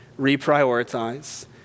reprioritize